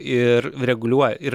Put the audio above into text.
ir reguliuoja ir